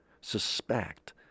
suspect